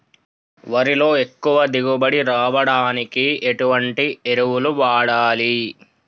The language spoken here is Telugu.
వరిలో ఎక్కువ దిగుబడి రావడానికి ఎటువంటి ఎరువులు వాడాలి?